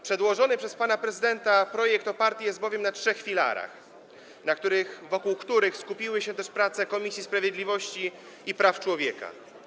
Przedłożony przez pana prezydenta projekt oparty jest bowiem na trzech filarach, wokół których skupiły się też prace Komisji Sprawiedliwości i Praw Człowieka.